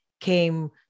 came